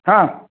हा